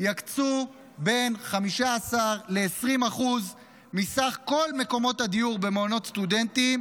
יקצו בין 15 ל-20 אחוז מסך כל מקומות הדיור במעונות סטודנטים